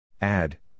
Add